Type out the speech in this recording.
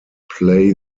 play